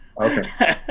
Okay